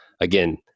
again